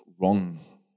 wrong